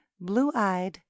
blue-eyed